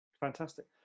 Fantastic